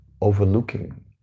overlooking